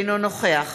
אינו נוכח